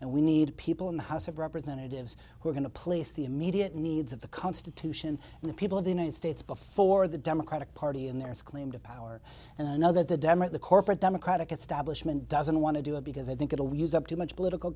and we need people in the house of representatives who are going to place the immediate needs of the constitution and the people of the united states before the democratic party and there's claim to power another the demo the corporate democratic establishment doesn't want to do it because i think it will use up too much political